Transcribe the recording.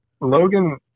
Logan